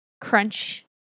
crunch